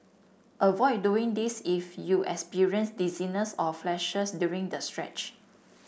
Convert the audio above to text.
avoid doing this if you experience dizziness or flashes during the stretch